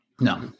No